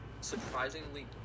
surprisingly